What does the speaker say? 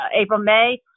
April-May